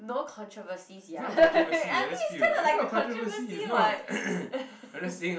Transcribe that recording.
no controversies ya I mean it's kind of like a controversy [what]